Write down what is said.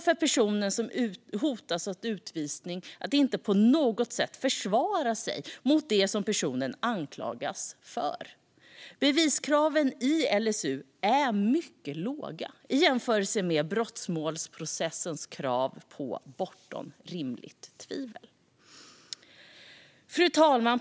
För personen som hotas av utvisning går det inte på något sätt att försvara sig mot det som personen anklagas för. Beviskraven i LSU är mycket låga i jämförelse med brottmålsprocessens krav på "bortom rimligt tvivel". Fru talman!